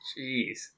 Jeez